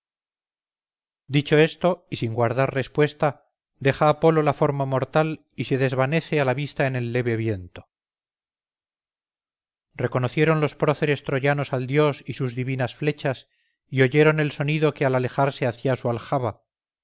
dicho esto y sin guardar respuesta deja apolo la forma mortal y se desvanece a la vista en el leve viento reconocieron los próceres troyanos al dios y sus divinas flechas y oyeron el sonido que al alejarse hacía su aljaba